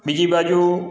બીજી બાજુ